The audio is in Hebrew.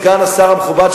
סגן השר המכובד,